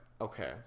okay